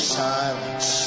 silence